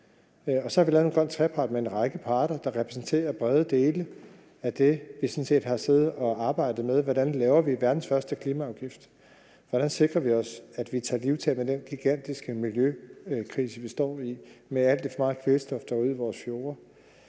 Så har vi lavet en grøn trepart med en række parter, der repræsenterer brede dele af det, vi sådan set har siddet og arbejdet med: Hvordan laver vi verdens første klimaafgift? Hvordan sikrer vi os, at vi tager livtag med den gigantiske miljøkrise, vi står i, med det alt for meget kvælstof, der er ude i vores fjorde?